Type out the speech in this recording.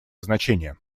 значение